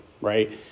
right